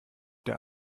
der